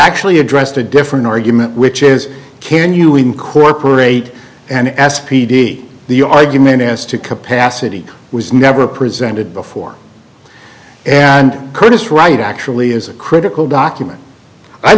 actually addressed a different argument which is can you incorporate and ask p d the argument as to capacity was never presented before and could it's right actually is a critical document i